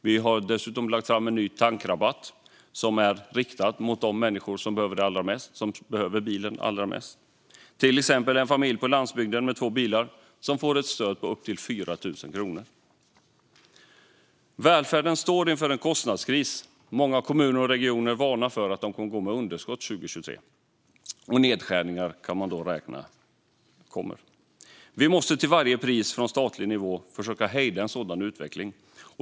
Vi har dessutom lagt fram en ny tankrabatt som är riktad till de människor som behöver bilen allra mest, till exempel en familj på landsbygden med två bilar som skulle få ett stöd på upp till 4 000 kronor. Välfärden står inför en kostnadskris. Många kommuner och regioner varnar för att de kommer att gå med underskott 2023, och man kan räkna med att nedskärningar kommer. Vi måste till varje pris från statlig nivå försöka hejda en sådan utveckling.